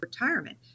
retirement